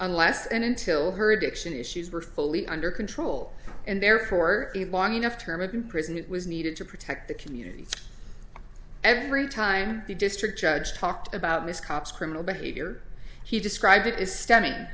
unless and until her addiction issues were fully under control and therefore a long enough term of imprisonment was needed to protect the community every time the district judge talked about this cop's criminal behavior he described it as stemming